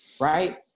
right